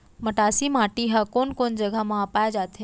मटासी माटी हा कोन कोन जगह मा पाये जाथे?